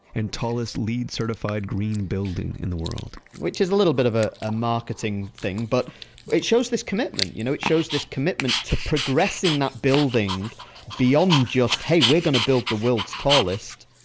and tallest leed-certified green building in the world which is a little bit of ah a marketing thing, but it shows this commitment, you know it shows this commitment to progressing that building beyond just, hey, we're going to build the world's tallest.